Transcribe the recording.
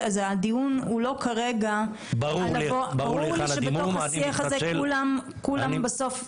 ברור לי שבשיח הזה כולם מנסים